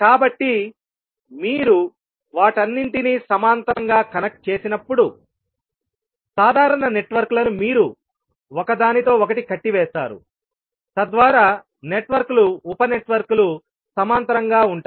కాబట్టి మీరు వాటన్నింటినీ సమాంతరంగా కనెక్ట్ చేసినప్పుడు సాధారణ నెట్వర్క్ల ను మీరు ఒకదానితో ఒకటి కట్టివేస్తారు తద్వారా నెట్వర్క్లు ఉప నెట్వర్క్లు సమాంతరంగా ఉంటాయి